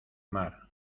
mar